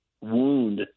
wound